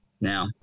Now